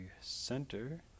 center